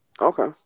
Okay